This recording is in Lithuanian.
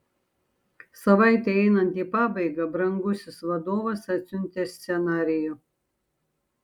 savaitei einant į pabaigą brangusis vadovas atsiuntė scenarijų